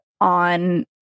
on